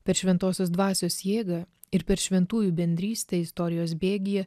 per šventosios dvasios jėgą ir per šventųjų bendrystę istorijos bėgyje